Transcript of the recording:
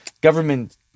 Government